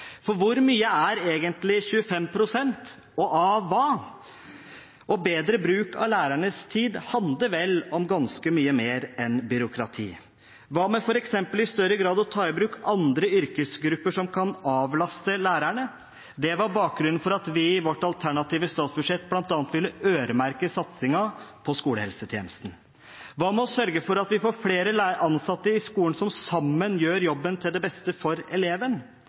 Hvor mye er egentlig 25 pst. – og av hva? Bedre bruk av lærernes tid handler vel om ganske mye mer enn byråkrati. Hva med f.eks. i større grad å ta i bruk andre yrkesgrupper, som kan avlaste lærerne? Det var bakgrunnen for at vi i vårt alternative statsbudsjett bl.a. ville øremerke satsingen på skolehelsetjenesten. Hva med å sørge for at vi får flere ansatte i skolen, som sammen gjør jobben – til beste for eleven?